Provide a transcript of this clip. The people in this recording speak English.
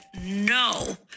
no